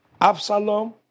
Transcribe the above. Absalom